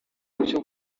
icya